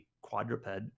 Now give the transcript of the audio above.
quadruped